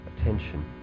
attention